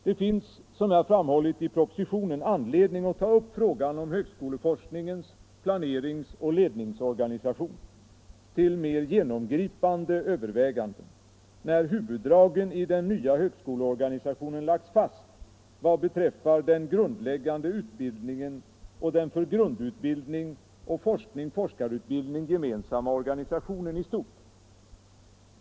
Det finns, som jag framhållit i propositionen, anledning att ta upp frågan om högskoleforskningens planeringsoch ledningsorganisation till mer genomgripande överväganden, när huvuddragen i den nya högskoleorganisationen lagts fast vad beträffar den grundläggande utbildningen och den för grundutbildning och forskning/forskarutbildning gemensamma organisationen i stort.